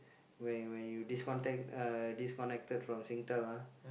when when you disconnect uh disconnected from Singtel ah